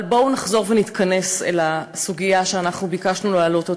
אבל בואו נחזור ונתכנס אל הסוגיה שאנחנו ביקשנו להעלות היום.